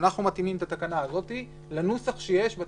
מתאימים את התקנה הזאת לנוסח שיש היום